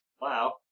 Wow